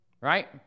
right